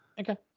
Okay